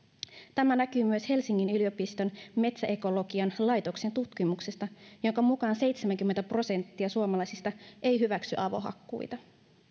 tämä näkyy myös helsingin yliopiston metsäekologian laitoksen tutkimuksesta jonka mukaan seitsemänkymmentä prosenttia suomalaisista ei hyväksy avohakkuita